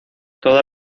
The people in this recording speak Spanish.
todas